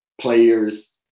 players